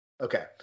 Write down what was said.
Okay